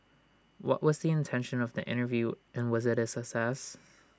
what was the intention of the interview and was IT A success